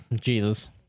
Jesus